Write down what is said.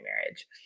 marriage